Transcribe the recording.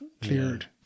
cleared